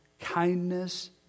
kindness